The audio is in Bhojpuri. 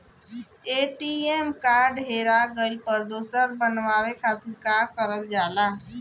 ए.टी.एम कार्ड हेरा गइल पर दोसर बनवावे खातिर का करल जाला?